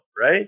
right